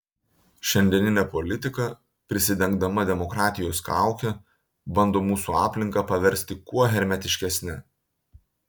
šiandieninė politika prisidengdama demokratijos kauke bando mūsų aplinką paversti kuo hermetiškesne